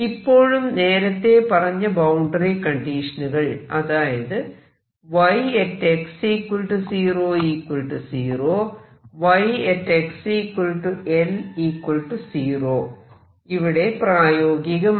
ഇപ്പോഴും നേരത്തെ പറഞ്ഞ ബൌണ്ടറി കണ്ടീഷനുകൾ അതായത് yx 0 0 yxL 0 ഇവിടെ പ്രയോഗികമാണ്